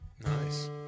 Nice